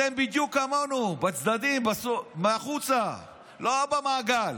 אתם בדיוק כמונו, בצדדים, בחוץ, לא במעגל.